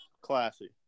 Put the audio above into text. classy